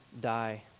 die